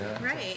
Right